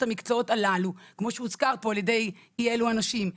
המקצועות הללו כמו שהוזכר פה על ידי אי אילו אנשים,